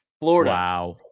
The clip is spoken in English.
Florida